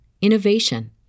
innovation